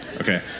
Okay